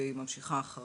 והיא ממשיכה אחרי.